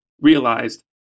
realized